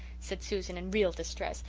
said susan in real distress,